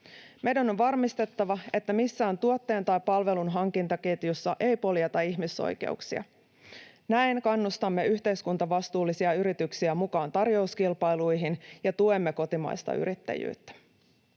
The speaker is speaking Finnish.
Meidän on varmistettava, että missään tuotteen tai palvelun hankintaketjussa ei poljeta ihmisoikeuksia. Näin kannustamme yhteiskuntavastuullisia yrityksiä mukaan tarjouskilpailuihin ja tuemme kotimaista yrittäjyyttä.